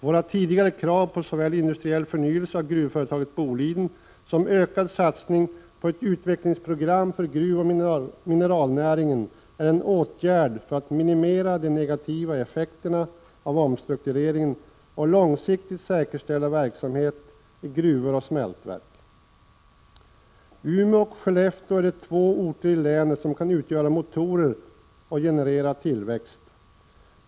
Våra tidigare krav på såväl industriell förnyelse av gruvföretaget Boliden som ökad satsning på ett utvecklingsprogram för gruvoch mineralnäringen är en åtgärd för att minimera de negativa effekterna av omstruktureringen och långsiktigt säkerställa verksamhet i gruvor och smältverk. Umeå och Skellefteå är de två orter i länet som kan utgöra motorer och generera tillväxt.